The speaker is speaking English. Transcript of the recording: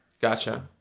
Gotcha